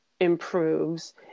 improves